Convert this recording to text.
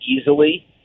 easily